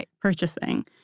purchasing